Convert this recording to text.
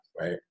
right